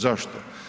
Zašto?